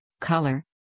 color